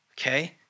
okay